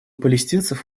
палестинцев